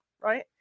right